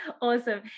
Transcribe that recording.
Awesome